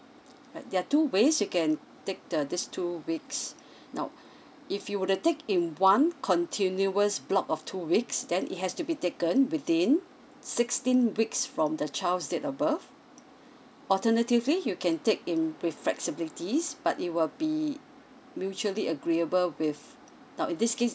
alright there are two ways you can take the these two weeks now if you were to take in one continuous block of two weeks then it has to be taken within sixteen weeks from the child's date of birth alternatively you can take in with flexibilities but it will be mutually agreeable with now in this case